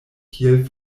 kiel